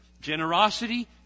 Generosity